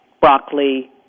broccoli